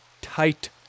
tight